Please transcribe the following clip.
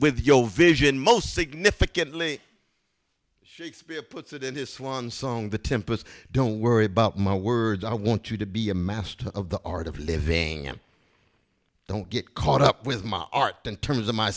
with yo vision most significantly shakespeare puts it in this one song the tempest don't worry about my words i want you to be a master of the art of living don't get caught up with my art in terms of my